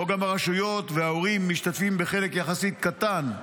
כמו גם הרשויות, וההורים משתתפים בחלק יחסית קטן,